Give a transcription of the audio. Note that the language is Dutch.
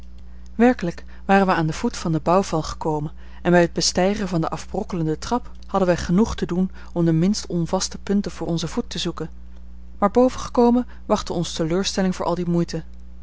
werkelijk waren wij aan den voet van den bouwval gekomen en bij het bestijgen van de afbrokkelende trap hadden wij genoeg te doen om de minst onvaste punten voor onzen voet te zoeken maar boven gekomen wachtte ons teleurstelling voor al die moeite